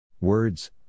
Words